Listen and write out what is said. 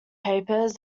papers